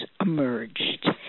emerged